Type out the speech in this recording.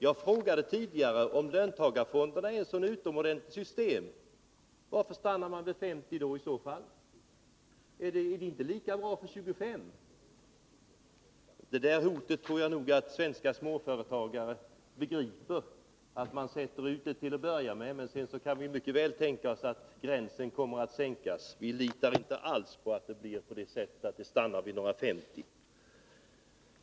Jag frågade tidigare: Om löntagarfonderna är ett så utomordentligt system, varför stannar man vid 50 anställda i så fall? Är det inte lika bra med 25? Det där hotet tror jag att svenska småföretagare begriper. Man anger siffran 50 till att börja med, men sedan kan det mycket väl tänkas att gränsen kommer att sänkas. Vi litar inte alls på att det stannar vid 50.